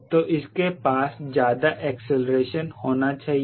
तो इसके पास ज्यादा एक्सीलरेशन होना चाहिए